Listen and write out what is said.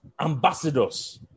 ambassadors